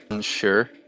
Sure